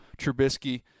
Trubisky